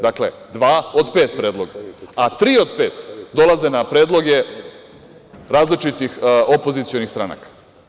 Dakle, dva od pet predloga, a tri od pet dolaze na predloge različitih opozicionih stranaka.